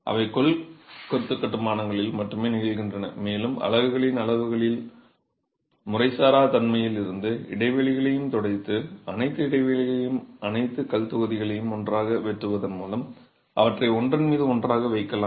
அவை கல் கொத்து கட்டுமானங்களில் மட்டுமே நிகழ்கின்றன மேலும் அலகுகளின் அளவுகளில் முறைசாரா தன்மையால் அனைத்து இடைவெளிகளையும் துடைத்து அனைத்து இடைவெளிகளையும் அல்லது கல் தொகுதிகளை நன்றாக வெட்டுவதன் மூலம் அவற்றை ஒன்றன் மீது ஒன்றாக வைக்கலாம்